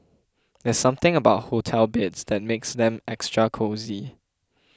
there's something about hotel beds that makes them extra cosy